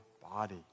body